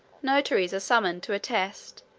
notaries are summoned to attest,